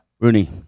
Rooney